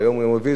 והיום יום רביעי,